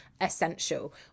essential